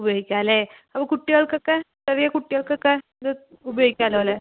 ഉപയോഗിക്കാം അല്ലെ അപ്പം കുട്ടികൾക്ക് ഒക്കെ ചെറിയ കുട്ടികൾക്ക് ഒക്കെ ഇത് ഉപയോഗിക്കാമല്ലൊ അല്ലെ